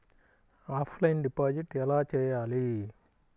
Offline deposit ఎలా చేయాలి?